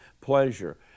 pleasure